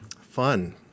Fun